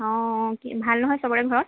অঁ কি ভাল নহয় চবৰে ঘৰত